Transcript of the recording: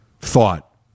thought